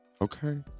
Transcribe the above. Okay